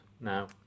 now